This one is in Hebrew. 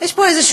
יש פה איזשהו